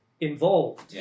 involved